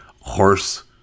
horse